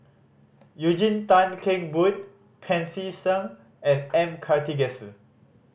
Eugene Tan Kheng Boon Pancy Seng and M Karthigesu